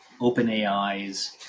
OpenAI's